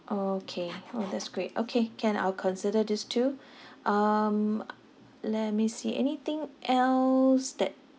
okay orh that's great okay can I'll consider these two um let me see anything else that